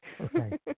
Okay